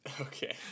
Okay